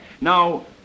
Now